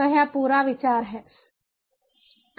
तो यह पूरा विचार है